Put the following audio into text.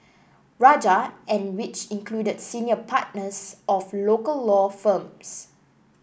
Rajah and which included senior partners of local law firms